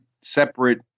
separate